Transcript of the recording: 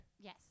Yes